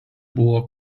buvo